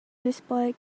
display